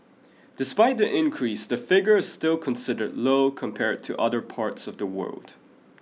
despite the increase the figure is still considered low compared to other parts of the world